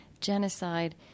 genocide